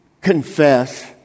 confess